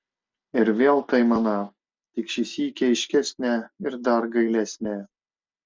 ir vėl ta aimana tik šį sykį aiškesnė ir dar gailesnė